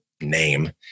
name